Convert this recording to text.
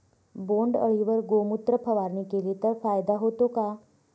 बोंडअळीवर गोमूत्र फवारणी केली तर फायदा होतो का?